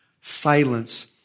silence